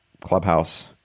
Clubhouse